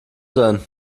sein